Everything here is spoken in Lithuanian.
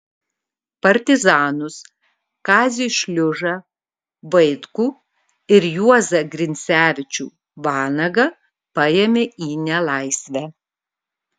partizanus kazį šliužą vaitkų ir juozą grincevičių vanagą paėmė į nelaisvę